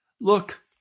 look